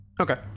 Okay